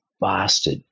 bastard